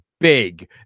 big